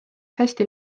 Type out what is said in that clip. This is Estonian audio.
hästi